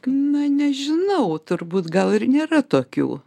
na nežinau turbūt gal ir nėra tokių